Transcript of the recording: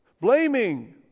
blaming